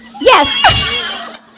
Yes